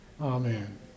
Amen